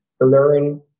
learn